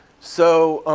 so